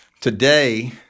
Today